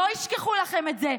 לא ישכחו לכם את זה.